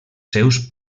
seus